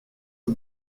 aux